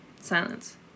Silence